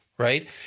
right